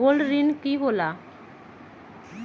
Gold ऋण की होला?